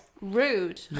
rude